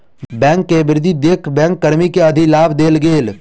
bank के वृद्धि देख बैंक कर्मी के अधिलाभ देल गेल